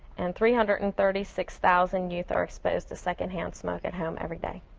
and three hundred and thirty six thousand youth are exposed to secondhand smoke at home every day.